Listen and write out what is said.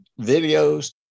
videos